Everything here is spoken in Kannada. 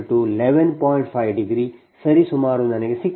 5 ಸರಿಸುಮಾರು ನನಗೆ ಸಿಕ್ಕಿದೆ